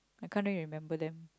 I can't really remember them